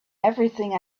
everything